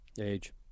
age